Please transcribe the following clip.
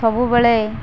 ସବୁବେଳେ